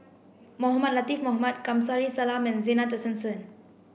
Mohamed Latiff Mohamed Kamsari Salam and Zena Tessensohn